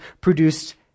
produced